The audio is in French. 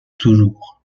toujours